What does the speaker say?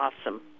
awesome